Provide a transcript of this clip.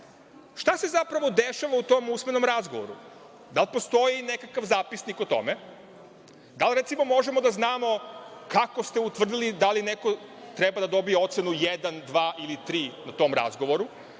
šta se zapravo dešava u tom usmenom razgovoru, da li postoji nekakv zapisnik o tome? Da li možemo da znamo kako ste utvrdili da li neko treba da dobije ocenu jedan, dva ili tri na tom razgovoru,